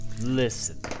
Listen